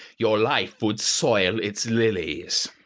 your life would soil its lilies.